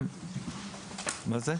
זה,